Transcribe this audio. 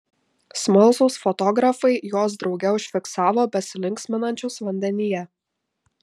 smalsūs fotografai juos drauge užfiksavo besilinksminančius vandenyje